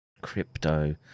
crypto